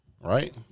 right